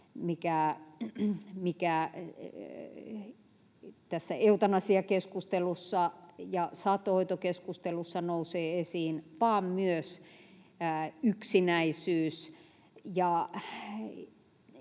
mikä tässä eutanasiakeskustelussa ja saattohoitokeskustelussa nousee esiin, vaan myös yksinäisyys